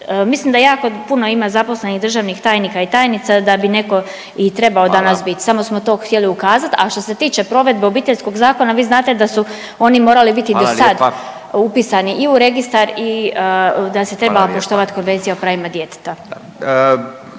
Mislim da jako puno ima zaposlenih državnih tajnika i tajnica da bi neko i trebao danas …/Upadica Radin: Hvala./… bit samo smo to htjeli ukazat. A što se tiče provedbe Obiteljskog zakona vi znate da su oni morali biti do sad upisani … …/Upadica Radin: Hvala lijepa./… … i u registar i da se trebala poštovati Konvencija o pravima djeteta.